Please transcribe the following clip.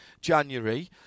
January